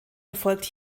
erfolgt